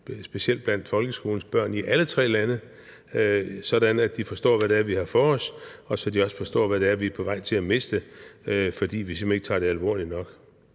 specielt blandt folkeskolens børn i alle tre lande, sådan at de forstår, hvad det er, vi har for os, og så de også forstår, hvad det er, vi er på vej til at miste, fordi vi simpelt hen ikke tager det alvorligt nok.